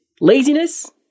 laziness